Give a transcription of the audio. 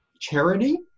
charity